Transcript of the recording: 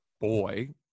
boy